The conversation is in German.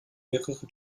mehrere